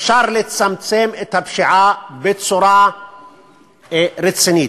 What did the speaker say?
שאפשר לצמצם את הפשיעה בצורה רצינית.